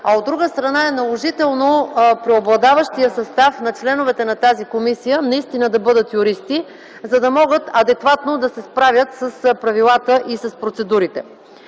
а от друга страна е наложително преобладаващият състав на членовете на тази комисия да бъде от юристи, за да могат адекватно да се справят с правилата и процедурите.